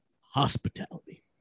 hospitality